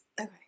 okay